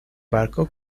barco